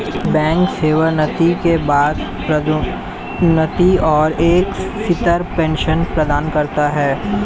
bank सेवानिवृत्ति के बाद पदोन्नति और एक स्थिर पेंशन प्रदान करता है